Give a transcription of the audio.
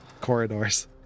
corridors